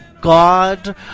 God